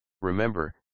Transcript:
Remember